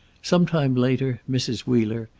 some time later mrs. wheeler,